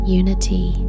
unity